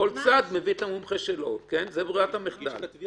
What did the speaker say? כל צד מביא את המומחה שלו, זו ברירת המחדל.